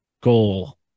goal